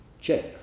Check